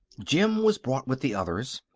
jim was brought with the others,